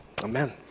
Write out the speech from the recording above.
amen